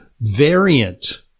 variant